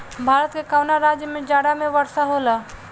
भारत के कवना राज्य में जाड़ा में वर्षा होला?